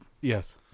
yes